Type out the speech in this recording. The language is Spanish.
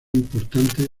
importante